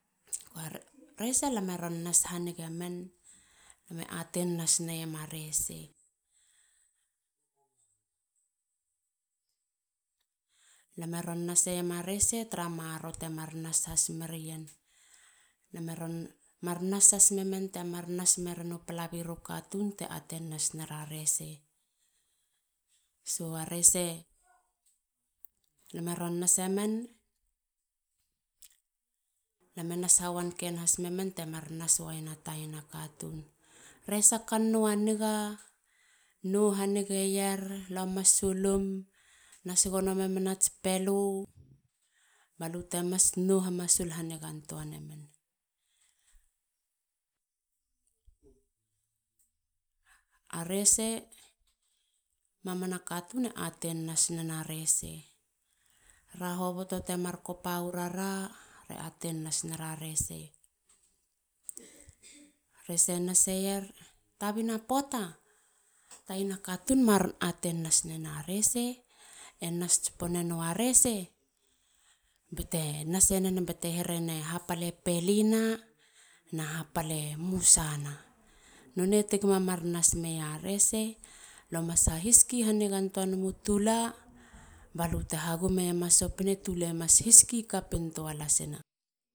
Rese. lam e ron nas hanigemen. lam e atein nas neyema rese. Lame ron naseiiema rese tara maroro temar nas has merien. lam e ron mar nas has memen te mar nas meren u palabiru katun te atein nas nera rese. So. a rese. lam e ron nas ha wanjken hase men temar nas waiena tabina katun. Rese a kannou a niga. nou hanigeier lo masulum. nas gono memena ats pelu balute mas nou ha masul na nigantua memen a rese. mamana katun e atein nas nena rese. ra hoboto temar kopa wirara. re atein nas nera resemrese naseier. tabina poata. taina katun maron atein nas nena rese. e nas tsponenowa rese bate nasenen bate herene hapale pelina na hapale musana. Nonei tegi ma mar nas meiena rese. lo mas hahiski hanigantua nema tula balute hagumeiema sosopene. tule mas hiski kapintuana.